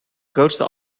grootste